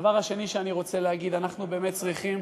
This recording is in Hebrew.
הדבר השני שאני רוצה להגיד: אנחנו באמת צריכים,